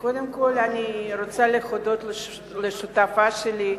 קודם כול אני רוצה להודות לשותפה שלי,